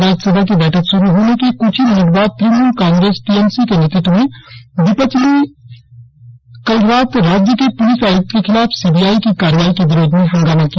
राज्यसभा की बैठक शुरु होने के कुछ ही मिनट बाद तृणमूल कांग्रेस टीएमसी के नेतृत्व में विपक्ष ने कल रात राज्य के पुलिस आयुक्त के खिलाफ सीबीआई की कार्रवाई के विरोध में हंगामा किया